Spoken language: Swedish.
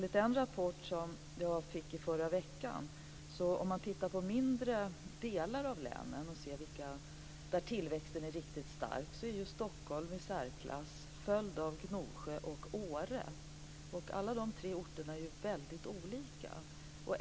I en rapport som jag fick i förra veckan tittar man på mindre delar av länen där tillväxten är riktigt stark. Där är Stockholm i särklass följd av Gnosjö och Åre. Alla de tre orterna är väldigt olika.